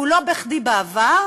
ולא בכדי בעבר